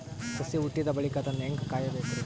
ಸಸಿ ಹುಟ್ಟಿದ ಬಳಿಕ ಅದನ್ನು ಹೇಂಗ ಕಾಯಬೇಕಿರಿ?